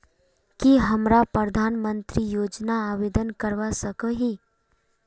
की हमरा प्रधानमंत्री योजना आवेदन करवा सकोही?